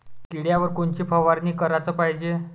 किड्याइवर कोनची फवारनी कराच पायजे?